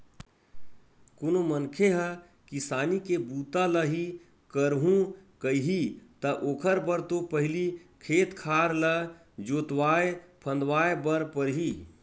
कोनो मनखे ह किसानी के बूता ल ही करहूं कइही ता ओखर बर तो पहिली खेत खार ल जोतवाय फंदवाय बर परही